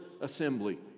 assembly